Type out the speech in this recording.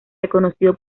reconocido